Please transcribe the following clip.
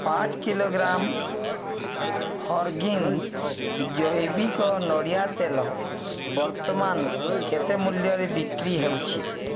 ପାଞ୍ଚ କିଲୋଗ୍ରାମ ଫର୍ଗ୍ରୀନ୍ ଜୈବିକ ନଡ଼ିଆ ତେଲ ବର୍ତ୍ତମାନ କେତେ ମୂଲ୍ୟରେ ବିକ୍ରି ହେଉଛି